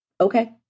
Okay